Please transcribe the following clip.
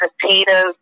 potatoes